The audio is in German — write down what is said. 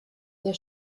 der